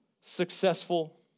successful